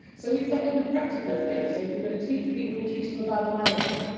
so we started with practical things. so if you're going to teach people, teach them about a mannequin,